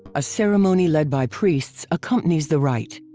a ceremony led by priests accompanies the rite.